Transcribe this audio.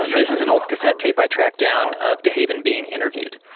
this is an old cassette tape i tracked down of dehaven being interviewed